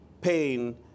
pain